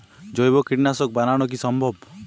জৈব কীটনাশক বানানো কি সম্ভব?